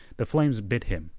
the flames bit him,